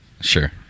Sure